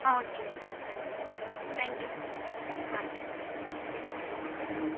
ah okay ma'am thank you ma'am okay ம்